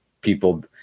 people